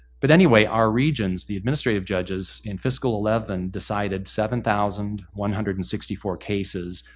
but anyway, our regents, the administrative judges, in fiscal eleven decided seven thousand one hundred and sixty four cases.